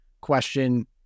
question